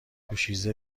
دوشیزه